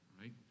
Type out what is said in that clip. right